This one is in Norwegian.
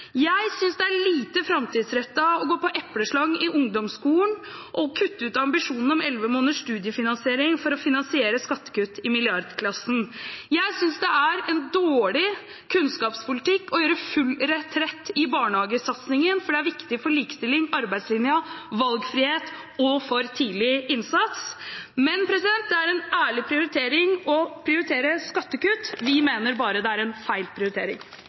Jeg synes det er lite framtidsrettet å gå på epleslang i ungdomsskolen og å kutte ut ambisjonen om 11 måneders studiefinansiering for å finansiere skattekutt i milliardklassen. Jeg synes det er en dårlig kunnskapspolitikk å gjøre full retrett i barnehagesatsingen – for den er viktig for likestillingen, arbeidslinja, valgfrihet og for tidlig innsats. Men det er en ærlig prioritering å velge skattekutt. Vi mener bare at det er en feil prioritering.